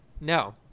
no